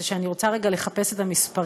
זה שאני רוצה רגע לחפש את המספרים.